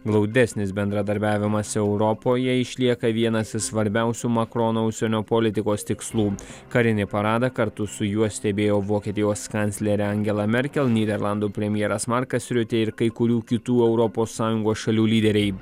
glaudesnis bendradarbiavimas europoje išlieka vienas iš svarbiausių makrono užsienio politikos tikslų karinį paradą kartu su juo stebėjo vokietijos kanclerė angela merkel nyderlandų premjeras markas riutė ir kai kurių kitų europos sąjungos šalių lyderiai